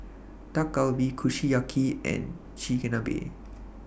Dak Galbi Kushiyaki and Chigenabe